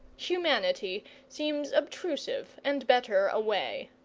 humanity seems obtrusive and better away.